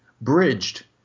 bridged